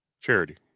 Charity